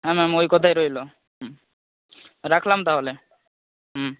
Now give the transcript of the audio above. হ্যাঁ ম্যাম ওই কথাই রইল হুম রাখলাম তাহলে হুম